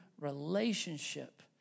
relationship